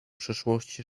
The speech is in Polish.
przyszłości